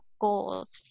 goals